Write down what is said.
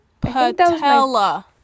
Patella